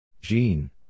Jean